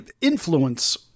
influence